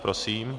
Prosím.